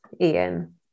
Ian